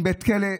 עם בית כלא,